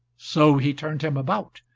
so he turned him about.